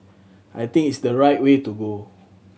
I think it's the right way to go